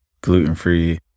gluten-free